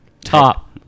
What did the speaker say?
Top